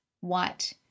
white